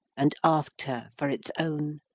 and ask'd her for its own